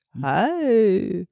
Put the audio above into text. hi